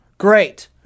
Great